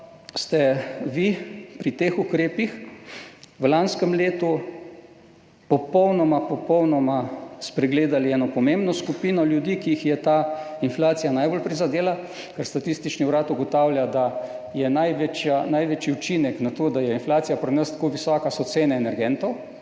ste vi pri teh ukrepih v lanskem letu popolnoma spregledali eno pomembno skupino ljudi, ki jih je ta inflacija najbolj prizadela, ker Statistični urad ugotavlja, da je največji učinek na to, da je inflacija pri nas tako visoka, cena energentov